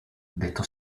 detto